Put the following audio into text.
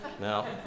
no